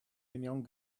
union